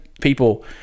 people